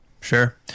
Sure